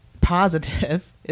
positive